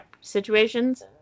situations